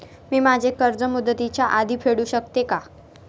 मी माझे कर्ज मुदतीच्या आधी फेडू शकते का?